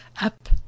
up